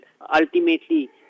ultimately